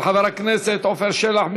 של חברי הכנסת עפר שלח,